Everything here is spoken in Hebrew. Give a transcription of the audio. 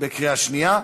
בקריאה השנייה.